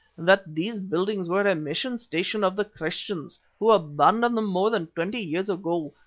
that these buildings were a mission station of the christians, who abandoned them more than twenty years ago.